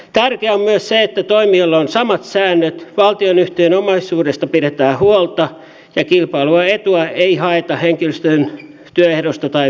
tärkeää on myös se että toimijoilla on samat säännöt valtionyhtiön omaisuudesta pidetään huolta ja kilpailuetua ei haeta henkilöstön työehdoista tai veroparatiiseista